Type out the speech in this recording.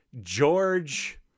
George